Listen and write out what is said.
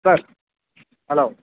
hello hello